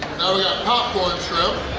we got popcorn shrimp!